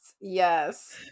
Yes